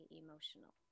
emotional